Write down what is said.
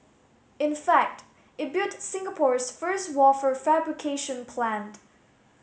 in fact it built Singapore's first wafer fabrication plant